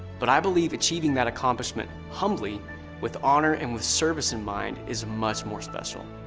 but i believe achieving that accomplishment humbly with honor and with service in mind is much more special.